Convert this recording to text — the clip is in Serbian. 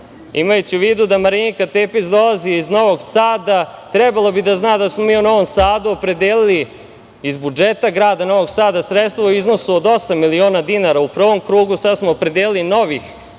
bicikla. Imajući u vidu da Marinika Tepić dolazi iz Novog Sada, trebalo bi da zna da smo mi u Novom Sadu opredelili iz budžeta grada Novog Sada sredstava u iznosu od osam miliona dinara u prvom krugu, sada smo opredelili novih dodatnih